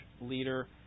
leader